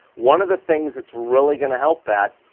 one of the things that's really gonna help that,